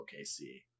OKC